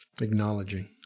acknowledging